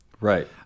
Right